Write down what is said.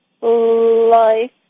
life